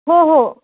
हो हो